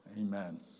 Amen